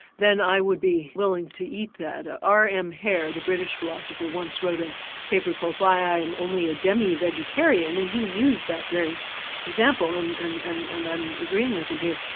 then i would be willing to eat that. r. m. hare, the british philosopher once wrote a paper called why i'm only a demi-vegetarian and he used that very example, and and and and i'm agreeing with him here.